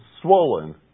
swollen